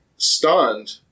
stunned